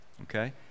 Okay